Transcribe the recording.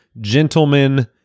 gentlemen